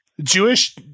Jewish